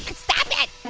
stop it!